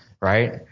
Right